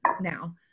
now